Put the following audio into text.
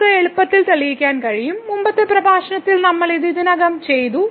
ഉണ്ടെന്ന് നമുക്ക് എളുപ്പത്തിൽ തെളിയിക്കാൻ കഴിയും മുമ്പത്തെ പ്രഭാഷണങ്ങളിൽ നമ്മൾ ഇത് ഇതിനകം ചെയ്തു